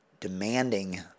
demanding